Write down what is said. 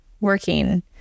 working